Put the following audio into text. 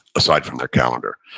aside from their calendar.